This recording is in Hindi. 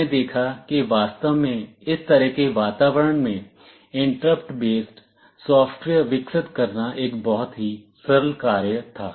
हमने देखा कि वास्तव में इस तरह के वातावरण में इंटरप्ट बेस्ड सॉफ्टवेयर विकसित करना एक बहुत ही सरल कार्य था